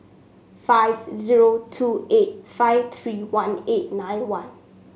five zero two eight five three one eight nine one